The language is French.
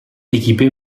équipée